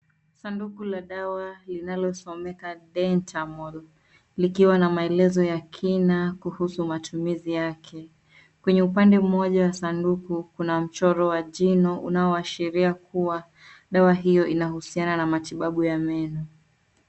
Sanduku la dawa linalosomeka dentamol likiwa na maelezo ya kina kuhusu matumizi yake. Kwenye upande mmoja wa sanduku kuna mchoro wa jino unaoashiria kuwa dawa iyo inahusiana na matibabu ya meno.